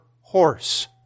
horse